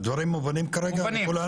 הדברים מובנים כרגע לכולנו?